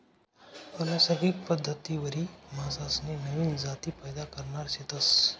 अनैसर्गिक पद्धतवरी मासासनी नवीन जाती पैदा करणार शेतस